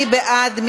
מי בעד?